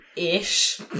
Ish